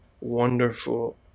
wonderful